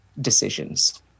decisions